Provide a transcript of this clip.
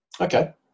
Okay